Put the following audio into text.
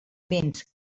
vents